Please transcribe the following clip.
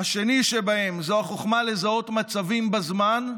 השני שבהם הוא החוכמה לזהות מצבים בזמן,